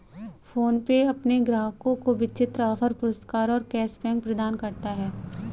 PhonePe अपने ग्राहकों को विभिन्न ऑफ़र, पुरस्कार और कैश बैक प्रदान करता है